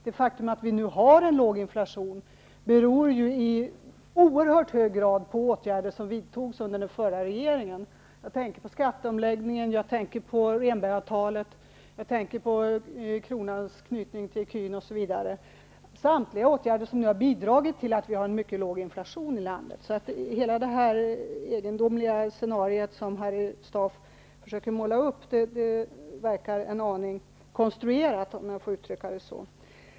Det faktum att vi nu har en låg inflation beror i oerhört hög grad på åtgärder som vidtogs under den förra regeringens tid. Jag tänker på skatteomläggningen, på Rehnbergsavtalet, på kronans knytning till ecun, osv. Samtliga åtgärder har bidragit till att vi har en mycket låg inflation i landet. Hela det egendomliga scenario som Harry Staaf försöker måla upp verkar en aning konstruerat, om jag för uttrycka det så.